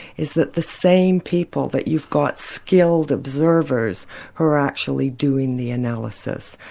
is that the same people, that you've got skilled observers who are actually doing the analysis.